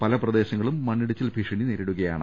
പല പ്രദേശ ങ്ങളും മണ്ണിടിച്ചിൽ ഭീഷണി നേരിടുകയാണ്